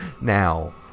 Now